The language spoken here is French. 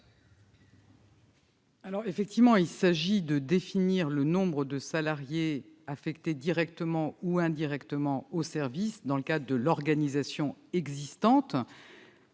Gouvernement ? Il s'agit de définir le nombre de salariés affectés directement ou indirectement au service dans le cadre de l'organisation existante.